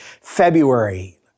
February